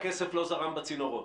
הכסף לא זרם בצינורות?